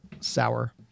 sour